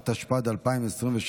התשפ"ד 2023,